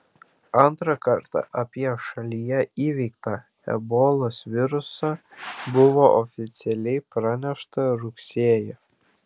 antrą kartą apie šalyje įveiktą ebolos virusą buvo oficialiai pranešta rugsėjį